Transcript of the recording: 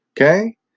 Okay